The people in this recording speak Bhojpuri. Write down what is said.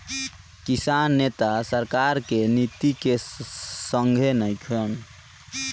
किसान नेता सरकार के नीति के संघे नइखन